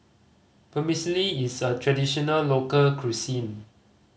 vermicelli is a traditional local cuisine